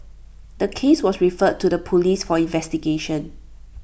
the case was referred to the Police for investigation